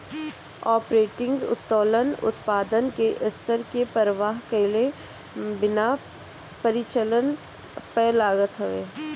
operating उत्तोलन उत्पादन के स्तर के परवाह कईला बिना परिचालन पअ लागत हवे